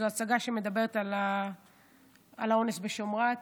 זו הצגה שמדברת על האונס בשמרת.